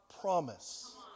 promise